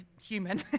human